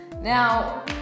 Now